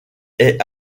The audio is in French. est